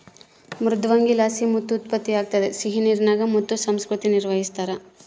ಮೃದ್ವಂಗಿಲಾಸಿ ಮುತ್ತು ಉತ್ಪತ್ತಿಯಾಗ್ತದ ಸಿಹಿನೀರಿನಾಗ ಮುತ್ತು ಸಂಸ್ಕೃತಿ ನಿರ್ವಹಿಸ್ತಾರ